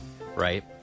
right